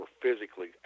physically